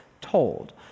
told